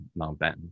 Mountbatten